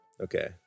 Okay